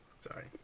Sorry